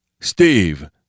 Steve